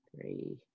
three